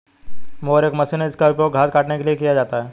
mower एक machine है जिसका उपयोग घास काटने के लिए किया जाता है